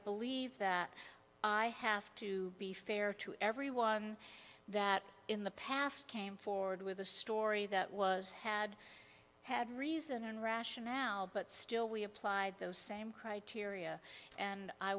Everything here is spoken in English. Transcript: believe that i have to be fair to everyone that in the past came forward with a story that was had had reason and rationale but still we applied those same criteria and i